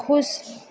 खुश